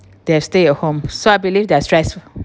they stay at home so I believe they are stress